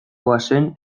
bazen